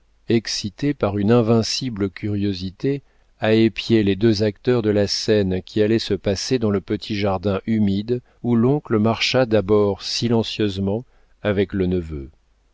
excitées par une invincible curiosité à épier les deux acteurs de la scène qui allait se passer dans le petit jardin humide où l'oncle marcha d'abord silencieusement avec le neveu